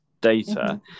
data